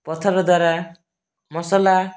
ପଥର ଦ୍ୱାରା ମସଲା